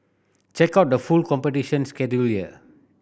check out the full competition schedule here